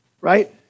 Right